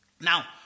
Now